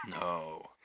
No